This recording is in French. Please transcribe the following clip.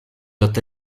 doit